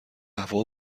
هوا